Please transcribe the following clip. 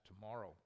tomorrow